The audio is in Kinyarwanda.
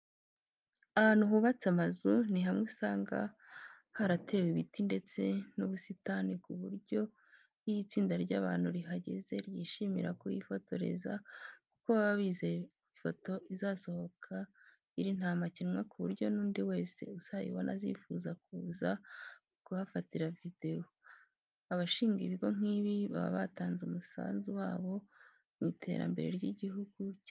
Ahantu hubatse amazu ni hamwe usanga haratewe n'ibiti ndetse n'ubusitani, ku buryo iyo itsinda ry'abantu rihageze ryishimira kuhifororeza, kuko baba bizeye ko ifoto izasohoka iri ntamakemwa ku buryo n'undi wese uzayibona azifuza kuza kuhafatira video. Abashinga ibigo nk'ibi, baba batanze umusanzu wabo mu iterambere ry'igihugu cyababyaye.